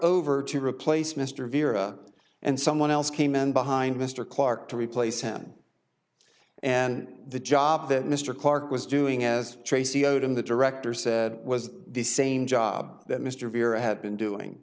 over to replace mr viera and someone else came in behind mr clark to replace him and the job that mr clark was doing as tracy bowden the director said was the same job that mr avira had been doing